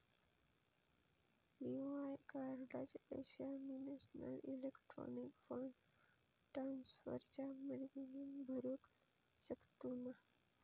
BOI कार्डाचे पैसे आम्ही नेशनल इलेक्ट्रॉनिक फंड ट्रान्स्फर च्या मदतीने भरुक शकतू मा?